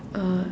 uh